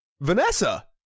Vanessa